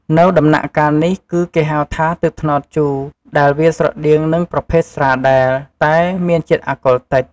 នៅដំណាក់កាលនេះ គឺគេហៅថា ទឹកត្នោតជូរដែលវាស្រដៀង នឹងប្រភេទស្រាដែលតែមានជាតិអាកុលតិច។